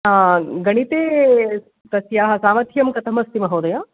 गणिते तस्याः सामर्थ्यं कथमस्ति महोदय